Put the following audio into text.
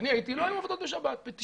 כשאני הייתי, לא היו עבודות בשבת ב-99%.